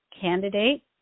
candidate